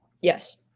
Yes